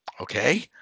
okay